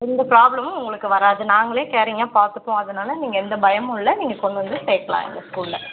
எந்த ப்ராபளமும் உங்களுக்கு வராது நாங்களே கேரிங்காக பார்த்துப்போம் அதனால் நீங்கள் எந்த பயமும் இல்லை நீங்கள் கொண்டு வந்து சேர்க்கலாம் எங்கள் ஸ்கூலில்